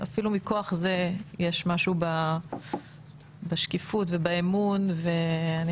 אפילו מכוח זה יש משהו בשקיפות ובאמון ואני